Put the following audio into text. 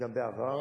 גם בעבר.